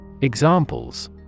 Examples